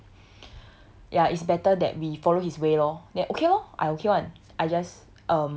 for um ya it's better that we follow his way lor then okay lor I okay [one]